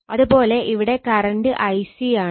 അത് പോലെ ഇവിടെ കറണ്ട് Ic ആണ്